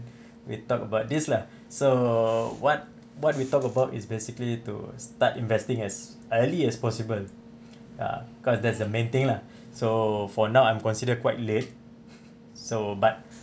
we talk about this lah so what what we talk about is basically to start investing as early as possible ya cause that's the main thing lah so for now I'm considered quite late so but